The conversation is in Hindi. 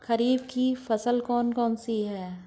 खरीफ की फसलें कौन कौन सी हैं?